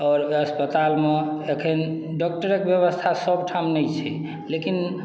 आओर ओहि अस्पताल मे एखन डॉक्टरक व्यवस्था सब ठाम नहि छै लेकिन